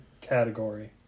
category